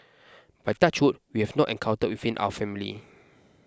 but touch wood we have not encountered within our family